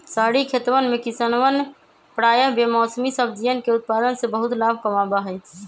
शहरी खेतवन में किसवन प्रायः बेमौसमी सब्जियन के उत्पादन से बहुत लाभ कमावा हई